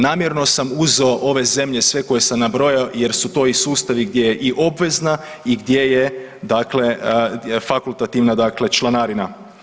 Namjerno sam uzeo ove zemlje sve koje sam nabrojao jer su to i sustavi gdje je i obvezna i gdje je i dakle fakultativna dakle članarina.